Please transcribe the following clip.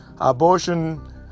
abortion